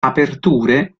aperture